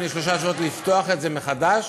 לפתוח את זה מחדש.